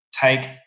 take